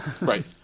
Right